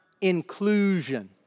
inclusion